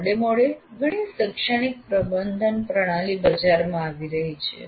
મોડે મોડે ઘણી શૈક્ષણિક પ્રબંધન પ્રણાલી બજારમાં આવી રહી છે